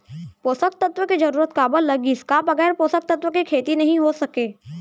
पोसक तत्व के जरूरत काबर लगिस, का बगैर पोसक तत्व के खेती नही हो सके?